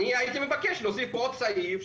אני הייתי מבקש להוסיף פה עוד סעיף,